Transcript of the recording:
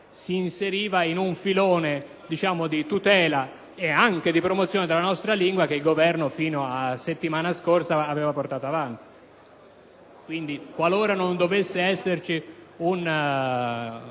si inseriva in un filone di tutela e promozione della nostra lingua che il Governo, fino alla settimana scorsa, aveva portato avanti. Qualora non dovesse esserci la